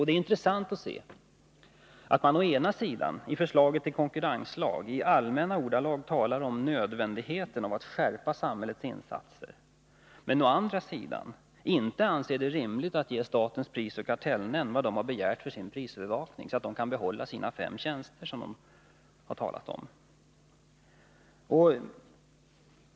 Det är intressant att se att man å ena sidan, i förslaget till konkurrenslag, i allmänna ordalag talar om nödvändigheten av att skärpa samhällets insatser, men å andra sidan inte anser det rimligt att ge statens prisoch kartellnämnd vad man har begärt för prisövervakning, så att nämnden kan behålla de fem tjänster som man har talat om.